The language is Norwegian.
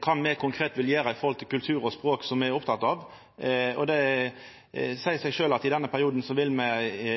kva me konkret vil gjera når det gjeld kultur og språk, som me er opptekne av. Det seier seg sjølv at i denne perioden vil me,